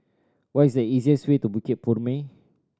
what is the easiest way to Bukit Purmei